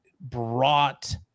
brought